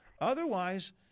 Otherwise